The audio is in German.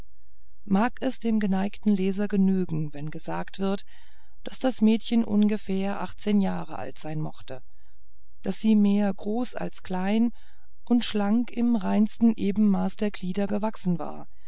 mag es dem geneigten leser genügen wenn gesagt wird daß das mädchen ungefähr achtzehn jahre alt sein mochte daß sie mehr groß als klein und schlank im reinsten ebenmaß der glieder gewachsen war